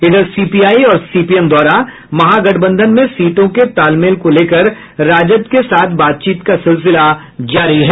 इधर सीपीआई और सीपीएम द्वारा महागठबंधन में सीटों के तालमेल को लेकर राजद के साथ बातचीत का सिलसिला जारी है